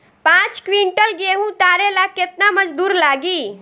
पांच किविंटल गेहूं उतारे ला केतना मजदूर लागी?